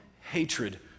hatred